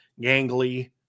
gangly